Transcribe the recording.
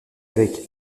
avec